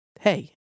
hey